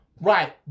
Right